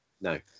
no